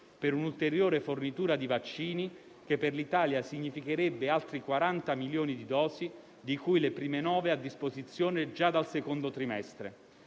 per un'ulteriore fornitura di vaccini che, per l'Italia, significherebbe altre 40 milioni di dosi, di cui le prime 9 a disposizione già dal secondo trimestre.